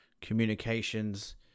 communications